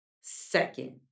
second